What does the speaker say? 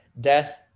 death